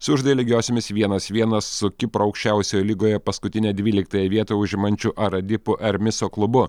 sužaidė lygiosiomis vienas vienas su kipro aukščiausioje lygoje paskutinę dvyliktąją vietą užimančiu aradipu ermiso klubu